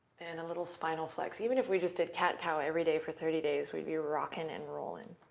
and a little spinal flex. even if we just did cat cow every day for thirty days, we'd be rocking and rolling.